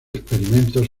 experimentos